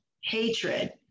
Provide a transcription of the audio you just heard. hatred